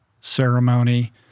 ceremony